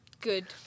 Good